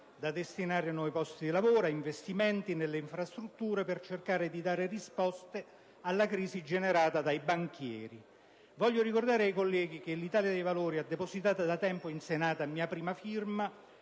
da destinare a nuovi posti di lavoro e ad investimenti nelle infrastrutture per cercare di dare risposte alla crisi generata dai banchieri. Voglio ricordare ai colleghi che l'Italia dei Valori ha depositato da tempo in Senato a mia prima firma